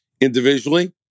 individually